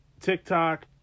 TikTok